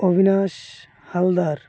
Abhinash Haldar